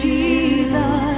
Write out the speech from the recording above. Jesus